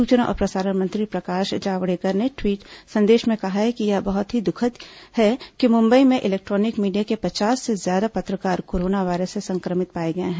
सुचना और प्रसारण मंत्री प्रकाश जावड़ेकर ने ट्वीट संदेश में कहा है कि यह बहुत ही दुखद है कि मुंबई में इलेक्ट्रॉनिक मीडिया के पचास से ज्यादा पत्रकार कोरोना वायरस से संक्रमित पाए गए हैं